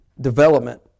development